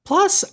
Plus